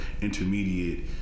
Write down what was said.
intermediate